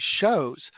shows